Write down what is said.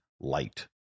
light